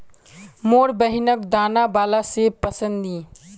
मोर बहिनिक दाना बाला सेब पसंद नी